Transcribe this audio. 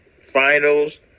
finals